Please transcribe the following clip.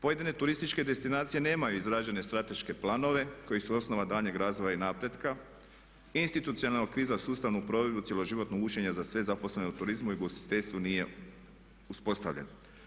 Pojedine turističke destinacije nemaju izrađene strateške planove koji su osnova daljnjeg razvoja i napretka, institucionalnog kviza sustavnu provedbu, cjeloživotno učenje za sve zaposlene u turizmu i ugostiteljstvu nije uspostavljeno.